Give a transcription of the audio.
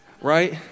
Right